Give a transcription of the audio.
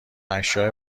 اشیاء